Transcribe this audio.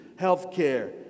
healthcare